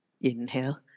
Inhale